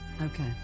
Okay